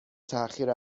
تاخیر